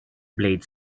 blades